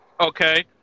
okay